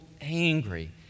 angry